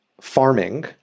farming